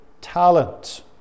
talent